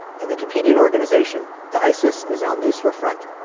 and the competing and organization to isis is al-nusra front.